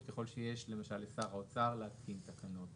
ככל שיש למשל לשר האוצר להתקין תקנות